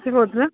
କିଏ କହୁଥିଲେ